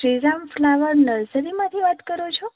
Shri Ram flower નર્સરીમાંથી વાત કરો છો